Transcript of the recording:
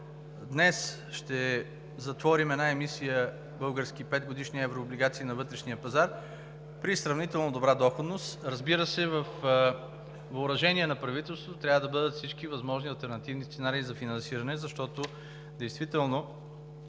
Днес ще затворим една емисия български петгодишни еврооблигации на вътрешния пазар при сравнително добра доходност. Разбира се, във въоръжение на правителството трябва да бъдат всички възможни алтернативни сценарии за финансиране, защото действително